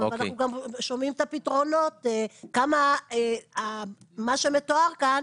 ואנחנו גם שומעים את הפתרונות כמה מה שמתואר כאן,